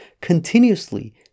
Continuously